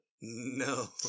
No